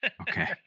Okay